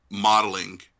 modeling